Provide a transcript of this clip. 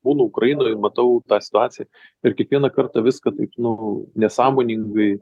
būnu ukrainoj matau tą situaciją ir kiekvieną kartą viską taip nu nesąmoningai